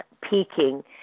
peaking